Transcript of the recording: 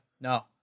No